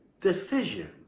decision